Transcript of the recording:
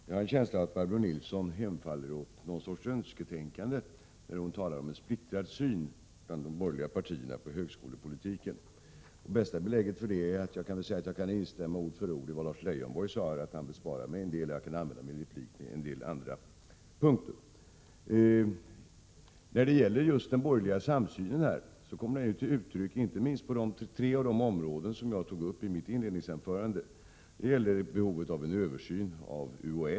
Fru talman! Jag har en känsla av att Barbro Nilsson hemfaller åt någon sorts önsketänkande när hon talar om en splittrad syn bland de borgerliga partierna på högskolepolitiken. Bästa belägget för det är att jag instämmer ord för ord i vad Lars Leijonborg sade och kan använda en del av min replik till att ta upp andra punkter. Den borgerliga samsynen kommer till uttryck inte minst på tre av de områden som jag tog upp i mitt inledningsanförande. Det gäller behovet av översyn av UHÄ.